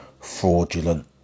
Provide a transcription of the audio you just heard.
fraudulent